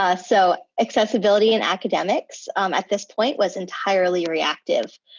ah so accessibility in academics at this point was entirely reactive.